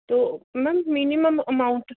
ਤੋ ma'am minimum amount